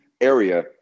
area